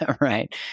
right